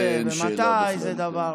אז הכללים, איך עושים את זה ומתי, זה דבר,